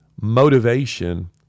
motivation—